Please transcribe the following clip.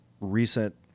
recent